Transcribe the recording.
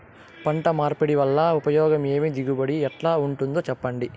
పంట మార్పిడి వల్ల ఉపయోగం ఏమి దిగుబడి ఎట్లా ఉంటుందో చెప్పండి?